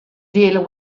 deal